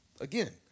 Again